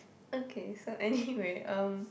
okay so anyway um